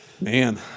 Man